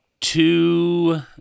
two